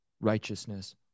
righteousness